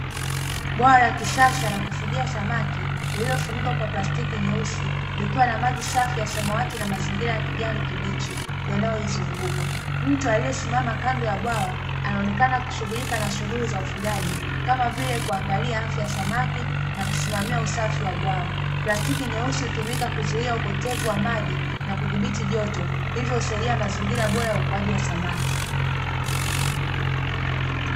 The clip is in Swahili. Bwawa la kisasa la kufugia samaki lililofunikwa kwa plastiki nyeusi likiwa na maji safi ya samawati na mazingira ya kijani kibichi yanayoizunguka, mtu aliyesimama kando ya bwawa anaonekana kushughulika na shughuli za ufugaji kama vile kuangalia afya ya samaki na kusimamia usafi wa bwawa, plastiki nyeusi hutumika kuzuia upotevu wa maji na kudhibiti joto hivyo husaidia mazingira bora ya ukuaji wa samaki.